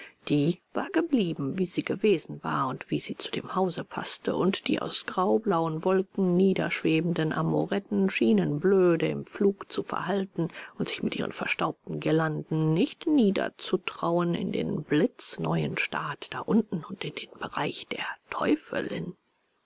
die war geblieben wie sie gewesen war und wie sie zu dem hause paßte und die aus graublauen wolken niederschwebenden amoretten schienen blöde im flug zu verhalten und sich mit ihren verstaubten girlanden nicht niederzutrauen in den blitzneuen staat da unten und in den bereich der teufelin